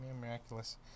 Miraculous